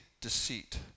deceit